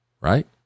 right